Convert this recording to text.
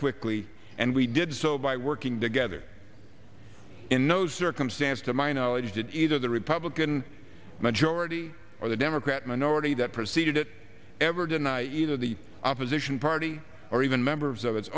quickly and we did so by working together in no circumstance to my knowledge that either the republican the majority or the democrat minority that preceded it ever deny either the opposition party or even members of its